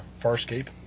Farscape